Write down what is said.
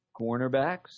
cornerbacks